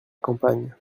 campagne